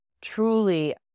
truly